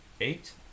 Eight